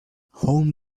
home